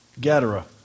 Gadara